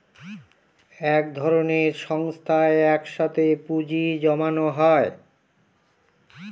এক ধরনের সংস্থায় এক সাথে পুঁজি জমানো হয়